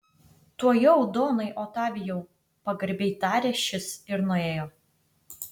tuojau donai otavijau pagarbiai tarė šis ir nuėjo